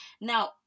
Now